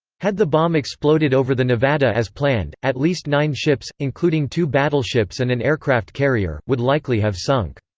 had the bomb exploded over the nevada as planned, at least nine ships, including two battleships and an aircraft carrier, would likely have sunk.